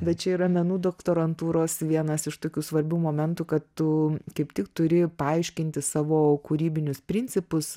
bet čia yra menų doktorantūros vienas iš tokių svarbių momentų kad tu kaip tik turi paaiškinti savo kūrybinius principus